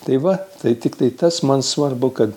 tai va tai tiktai tas man svarbu kad